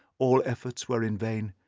all efforts were in vain,